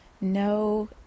no